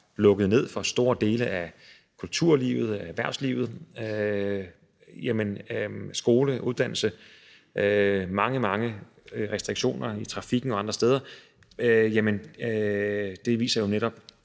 lukket ned for store dele af kulturlivet og erhvervslivet, skoler, uddannelse; og hvor der er mange, mange restriktioner i trafikken og andre steder, så viser den netop,